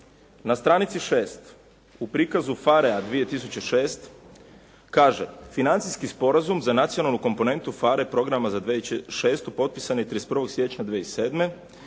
Na stranici 6. u prikazu PHARE-a 2006. kaže: «Financijski sporazum za nacionalnu komponentu PHARE programa za 2006. potpisan je 31. siječnja 2007.